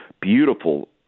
beautiful